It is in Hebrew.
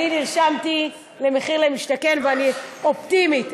נרשמתי למחיר למשתכן ואני אופטימית.